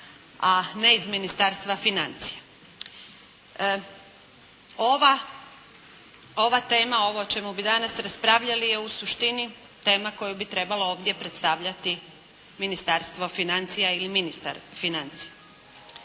a ne iz Ministarstva financija. Ova tema, ovo o čemu bi danas raspravljali je u suštini tema koju bi trebalo ovdje predstavljati Ministarstvo financija ili ministar financija.